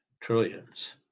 trillions